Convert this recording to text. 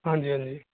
ਹਾਂਜੀ ਹਾਂਜੀ